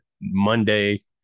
Monday